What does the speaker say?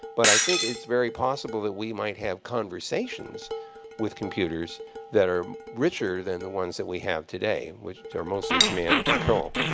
but i think it's very possible that we might have conversations with computers that are richer than the ones that we have today, which are mostly command and control.